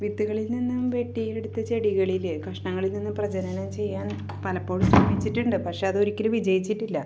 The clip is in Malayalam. വിത്തുകളിൽ നിന്നും വെട്ടിയെടുത്ത ചെടികളിൽ കഷ്ണങ്ങളിൽ നിന്നു പ്രചലനം ചെയ്യാൻ പലപ്പോഴും ശ്രമിച്ചിട്ടുണ്ട് പക്ഷെ അതൊരിക്കലും വിജയിച്ചിട്ടില്ല